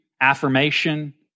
affirmation